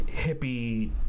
hippie